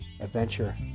adventure